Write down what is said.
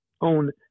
own